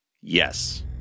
yes